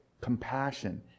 compassion